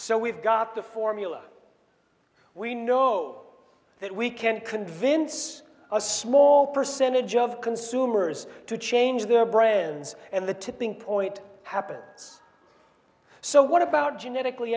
so we've got the formula we know that we can convince a small percentage of consumers to change their bren's and the tipping point happens so what about genetically